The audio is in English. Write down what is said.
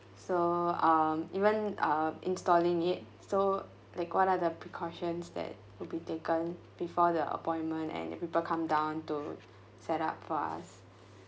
so um even uh installing it so like what are the precautions that would be taken before the appointment and the people come down to set up for us